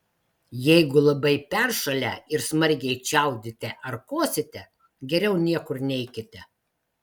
jeigu labai peršalę ir smarkiai čiaudite ar kosite geriau niekur neikite